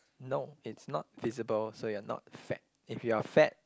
no it's not feasible so you're not fat if you're fat